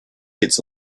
its